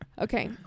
Okay